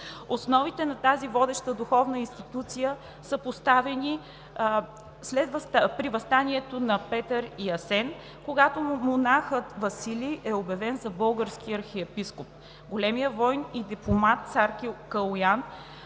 Основите на тази водеща духовна институция са поставени с въстанието на Петър и Асен, когато монахът Василий е обявен за български архиепископ. Големият войн и дипломат цар Калоян